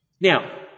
Now